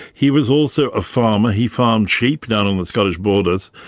he was also a farmer, he farmed sheep down in the scottish borders,